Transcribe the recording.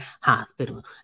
hospital